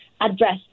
address